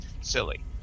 silly